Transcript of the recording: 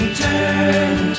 turn